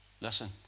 Listen